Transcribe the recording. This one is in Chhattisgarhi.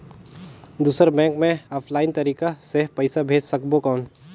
दुसर बैंक मे ऑफलाइन तरीका से पइसा भेज सकबो कौन?